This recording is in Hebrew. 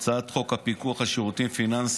את הצעת חוק הפיקוח על שירותים פיננסיים.